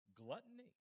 gluttony